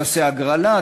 תעשה הגרלה,